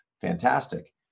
Fantastic